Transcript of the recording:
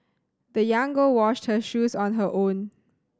the young girl washed her shoes on her own